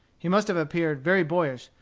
he must have appeared very boyish,